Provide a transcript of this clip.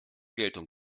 geltung